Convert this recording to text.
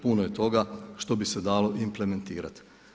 Puno je toga što bi se dalo implementirati.